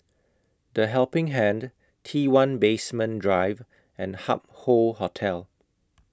The Helping Hand T one Basement Drive and Hup Hoe Hotel